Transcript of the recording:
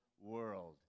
world